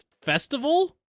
festival